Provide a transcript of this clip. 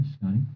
scotty